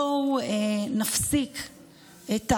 בוא נפסיק את